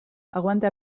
aguanta